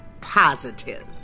Positive